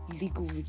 legal